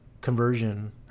conversion